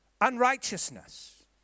unrighteousness